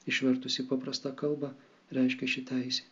išvertus į paprastą kalbą reiškia ši teisė